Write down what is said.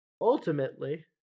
ultimately